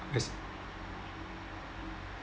yes